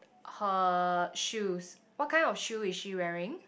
her shoes what kind of shoe is she wearing